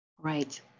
Right